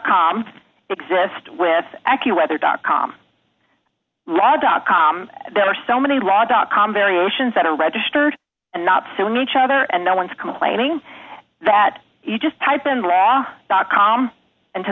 com exist with accu weather dot com la dot com there are so many law dot com variations that are registered and not soon each other and the ones complaining that you just type in law dot com